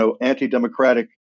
anti-democratic